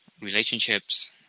relationships